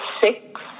six